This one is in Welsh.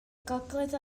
gogledd